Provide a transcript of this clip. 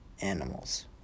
animals